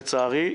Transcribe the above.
לצערי,